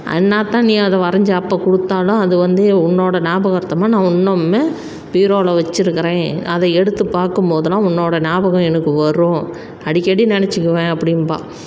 என்னாத்தான் நீ அதை வரைஞ்சி அப்போது கொடுத்தாலும் அது வந்து உன்னோடய ஞாபகார்த்தமாக நான் இன்னமுமே பீரோவில் வச்சிருக்கிறேன் அதை எடுத்து பார்க்கும் போதுலாம் உன்னோடய் ஞாபகம் எனக்கு வரும் அடிக்கடி நினச்சிக்குவேன் அப்படிம்பா